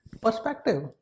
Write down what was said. perspective